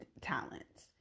talents